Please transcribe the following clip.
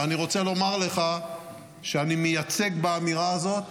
ואני רוצה לומר לך שאני מייצג באמירה הזאת